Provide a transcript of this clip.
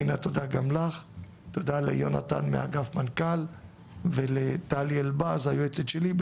תודה ליונתן מאגף מנכ"ל ולטלי אלבז היועצת שלי,